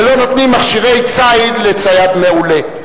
ולא נותנים מכשירי ציד לצייד מעולה.